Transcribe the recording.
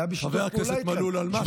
זה היה בשיתוף פעולה איתכם.